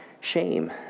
shame